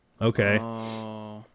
okay